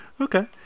okay